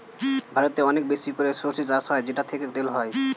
ভারতে অনেক বেশি করে সরষে চাষ হয় যেটা থেকে তেল হয়